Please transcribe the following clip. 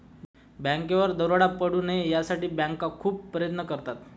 बँकेवर दरोडा पडू नये यासाठी बँका खूप प्रयत्न करतात